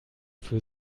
für